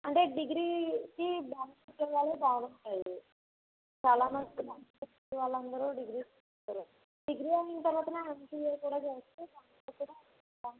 అంటే డిగ్రీకి బ్యాంక్కి బాగుంటుంది చాలా మంది బ్యాంక్లో చేసేవాళ్ళందరూ డిగ్రీ చేస్తారు డిగ్రీ అయిన తర్వాత ఎమ్సిఏ కూడా చేస్తే